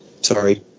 sorry